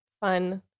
fun